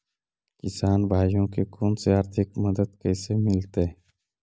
किसान भाइयोके कोन से आर्थिक मदत कैसे मीलतय?